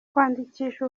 kwandikisha